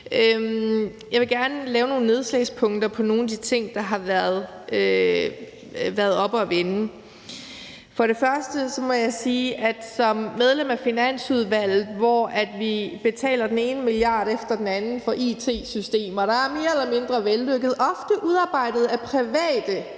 Jeg vil gerne lave nogle nedslagspunkter på nogle af de ting, der har været oppe at vende. Først må jeg sige, at som medlem af Finansudvalget, hvor vi betaler den ene milliard efter den anden for it-systemer, der er mere eller mindre vellykkede, ofte udarbejdet af private